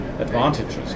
advantages